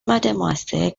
mademoiselle